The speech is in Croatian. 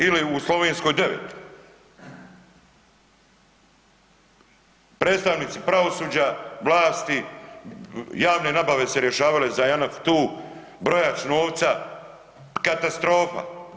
Ili u Slovenskoj 9. Predstavnici pravosuđa vlasti javne nabave se rješavale za Janaf tu, brojač novca, katastrofa.